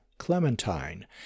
Clementine